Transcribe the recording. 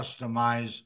customize